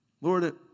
Lord